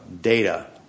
data